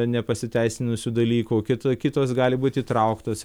nepasiteisinusių dalykų kita kitos gali būt įtrauktos